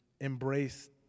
embrace